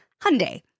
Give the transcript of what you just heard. Hyundai